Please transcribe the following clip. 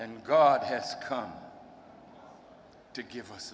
and god has come to give us